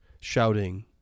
shouting